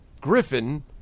griffin